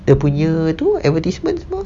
dia punya tu advertisements semua